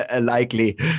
likely